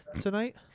tonight